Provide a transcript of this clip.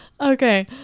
Okay